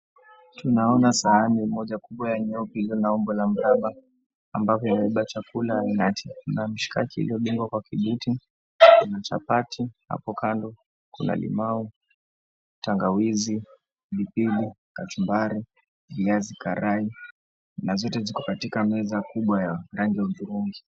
Tunaona sahani maoja kubwa ya nyeupe iliyo na umbo la mraba. Ambapo imebeba chakula ainati. Kuna mishikaki iliyopigwa kwa kijiti, kuna chapati hapo kando, kuna limau, tangawizi, ndimu, kachumbari, viazi karai na zote ziko katika meza kubwa ya rangi ya hudhurungi.